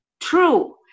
True